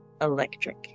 electric